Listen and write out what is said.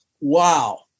Wow